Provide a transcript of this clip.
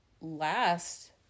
last